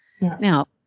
Now